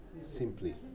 simply